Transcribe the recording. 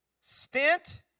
Spent